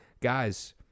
Guys